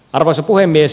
arvoisa puhemies